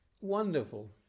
wonderful